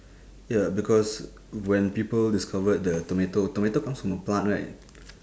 ya because when people discovered the tomato tomato comes from a plant right